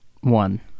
One